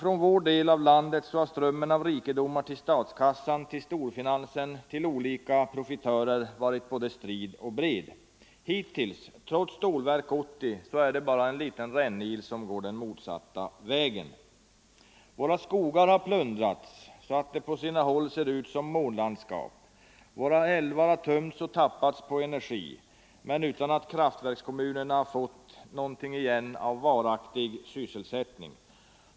Från vår del av landet har strömmen av rikedomar till statskassan, till storfinansen, till alla möjliga profitörer, varit strid och bred. Hittills, trots Stålverk 80, är det bara en liten rännil som har gått den motsatta vägen. Våra skogar har plundrats så att de på sina håll ser ut som månlandskap, våra älvar har tömts och tappats på energi utan att kraftverkskommunerna fått något igen av varaktig sysselsättning.